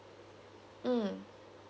mm